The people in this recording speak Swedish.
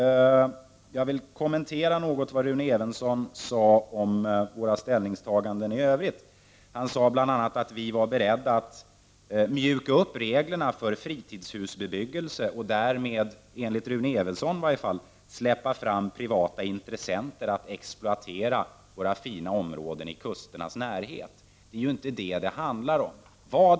Jag vill kommentera något vad Rune Evensson sade om våra ställningstaganden i övrigt. Han sade bl.a. att vi var beredda att mjuka upp reglerna för fritidshusbebyggelse och därmed släppa fram privata intressenter att exploatera våra fina områden i kusternas närhet. Men det handlar inte om detta.